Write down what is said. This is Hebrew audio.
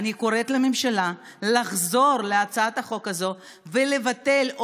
אני קוראת לממשלה לחזור להצעת החוק הזאת ולבטל,